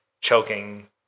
choking